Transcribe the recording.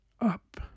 up